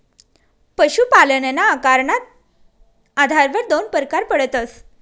पशुपालनना आकारना आधारवर दोन परकार पडतस